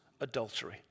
adultery